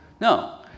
No